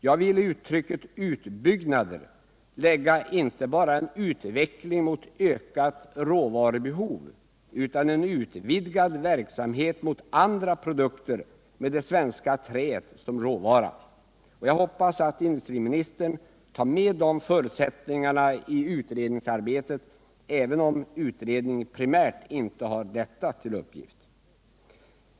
Jag vill i uttrycket utbyggnader lägga inte bara en utveckling mot ökat råvarubehov utan en utvidgad verksamhet mot andra produkter med det svenska träet som råvara. Jag hoppas att industriministern tar med de förutsättningarna i utredningsarbetet även om utredningen primärt inte har detta till uppgift.